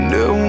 no